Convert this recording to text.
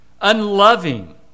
unloving